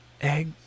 egg